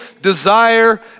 desire